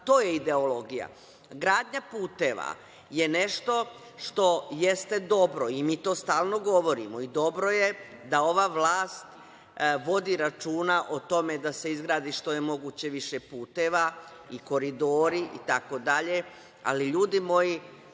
je ideologija. Gradnja puteva je nešto što jeste dobro i mi to stalno govorimo i dobro je da ova vlast vodi računa o tome da se izgradi što je moguće više puteva, koridora itd. Ali, ljudi moji,